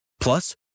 Plus